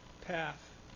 path